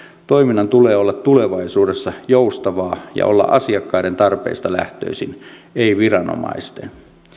toiminnan tulee olla tulevaisuudessa joustavaa ja asiakkaiden tarpeista lähtöisin ei viranomaisten